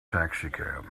taxicab